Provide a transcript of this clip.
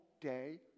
day